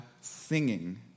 singing